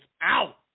out